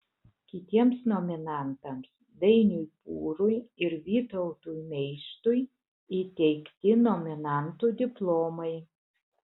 kitiems nominantams dainiui pūrui ir vytautui meištui įteikti nominantų diplomai